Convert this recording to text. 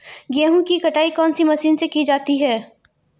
गेहूँ की कटाई कौनसी मशीन से की जाती है?